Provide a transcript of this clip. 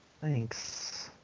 Thanks